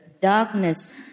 darkness